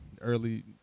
early